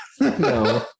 No